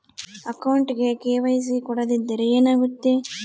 ಅಕೌಂಟಗೆ ಕೆ.ವೈ.ಸಿ ಕೊಡದಿದ್ದರೆ ಏನಾಗುತ್ತೆ?